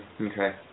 okay